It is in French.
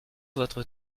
votre